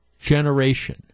generation